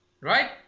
right